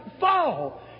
fall